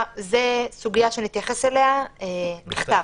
זו סוגיה שנתייחס אליה בכתב.